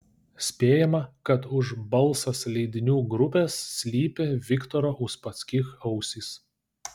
spėjama kad už balsas leidinių grupės slypi viktoro uspaskich ausys